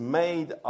made